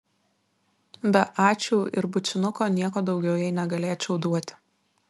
be ačiū ir bučinuko nieko daugiau jai negalėčiau duoti